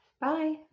Bye